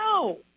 No